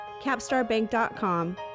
capstarbank.com